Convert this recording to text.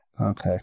Okay